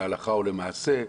להלכה או למעשה".